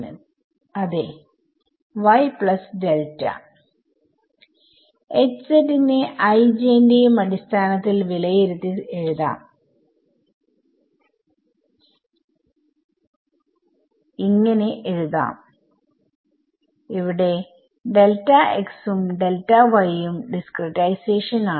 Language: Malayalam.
അതെ വിദ്യാർത്ഥി y പ്ലസ് ഡെൽറ്റ നെ i j ന്റെയും അടിസ്ഥാനത്തിൽ വിലയിരുത്തി ഇങ്ങനെ എഴുതാം ഇവിടെ ഉം ഉം ഡിസ്ക്രിടൈസേഷൻ ആണ്